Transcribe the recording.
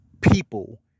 people